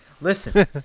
Listen